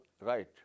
right